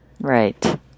Right